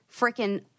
freaking